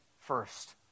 first